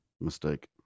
mistake